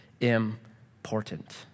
important